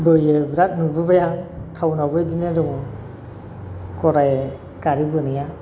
बोयो बिराद नुबोबाय आं टाउनावबो बिदिनो दं गराय गारि बोनाया